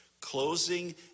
Closing